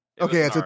Okay